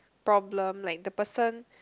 problem like the person